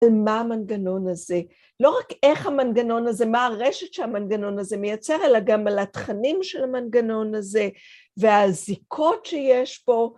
על מה המנגנון הזה, לא רק איך המנגנון הזה, מה הרשת שהמנגנון הזה מייצר, אלא גם על התכנים של המנגנון הזה והזיקות שיש פה